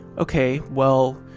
okay, well,